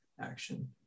action